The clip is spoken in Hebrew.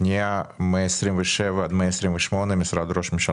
הפנייה נועדה לתקצוב סך של 25 מיליון שקלים